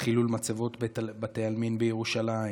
חילול מצבות בתי עלמין בירושלים.